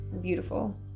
beautiful